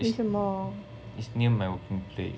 it's it's near my working place